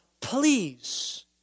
Please